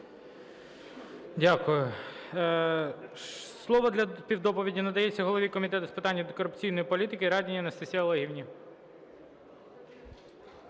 Дякую. Слово для співдоповіді надається голові Комітету з питань антикорупційної політики Радіній Анастасії Олегівні.